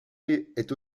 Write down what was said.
est